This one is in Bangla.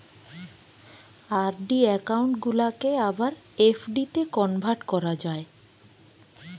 আর.ডি একউন্ট গুলাকে আবার এফ.ডিতে কনভার্ট করা যায়